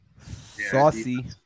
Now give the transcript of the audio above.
saucy